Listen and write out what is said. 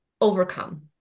overcome